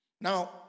now